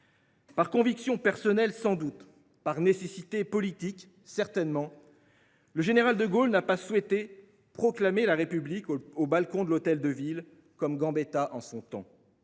Par conviction personnelle sans doute, par nécessité politique certainement, le général de Gaulle n’a pas souhaité proclamer la République au balcon de l’Hôtel de Ville, comme l’avait fait Gambetta en son temps.